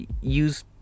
use